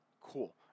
cool